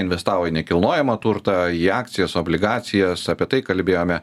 investavo į nekilnojamą turtą į akcijas obligacijas apie tai kalbėjome